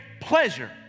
pleasure